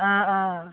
অঁ অঁ